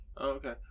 okay